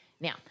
Now